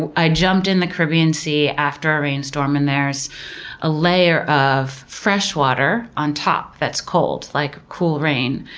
i jumped in the caribbean sea after a rainstorm and there's a layer of fresh water on top that's cold, like cool rain,